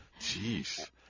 jeez